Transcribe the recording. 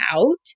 out